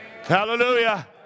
Hallelujah